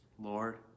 Lord